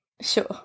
Sure